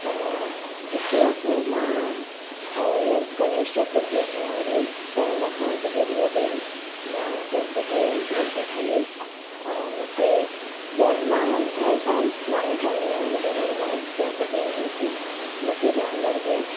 त हिकु दफ़ो मां अ ईअं गणेश चतुर्थी अचनि वारी हुई त हुनखां वीह ॾींहं पहियों मां गणपतिअ जी मुर्ती ठाही हुई अ मूंखे ग मां ह हर साल मां ई ठाहींदी आहियां मुंहिंजी घर लाइ गणपति जी मुर्ती मूंखे जाम वणंदी आहे